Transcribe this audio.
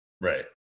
Right